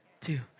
two